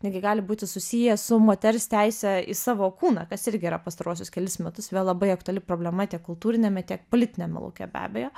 netgi gali būti susiję su moters teise į savo kūną kas irgi yra pastaruosius kelis metus vėl labai aktuali problema tiek kultūriniame tiek politiniame lauke be abejo